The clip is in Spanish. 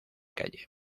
calle